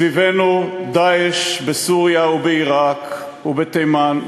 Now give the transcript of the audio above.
סביבנו "דאעש" בסוריה ובעיראק ובתימן,